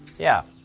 yeah,